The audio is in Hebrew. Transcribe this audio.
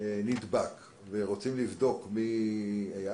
נדבק ורוצים לבדוק מי היה.